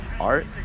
art